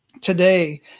today